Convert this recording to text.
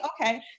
Okay